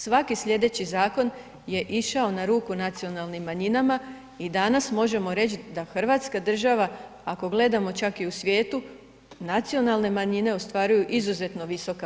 Svaki slijedeći zakon je išao na ruku nacionalnim manjinama i danas možemo reći da hrvatska država ako gledamo čak i u svijetu, nacionalne manjine ostvaruju izuzetno visoka prava.